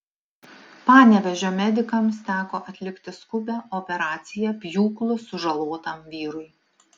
panevėžio medikams teko atlikti skubią operaciją pjūklu sužalotam vyrui